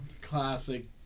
classic